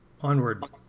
Onward